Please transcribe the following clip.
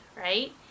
Right